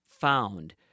found